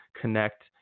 connect